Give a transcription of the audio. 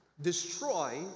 destroy